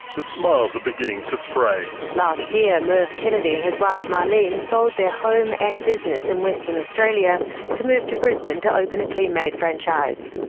the smiles are beginning to fray. last year merv kennedy and his wife marlene sold their home and business in western australia to move to brisbane to open a kleenmaid franchise.